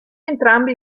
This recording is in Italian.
entrambi